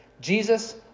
jesus